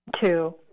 Two